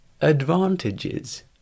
advantages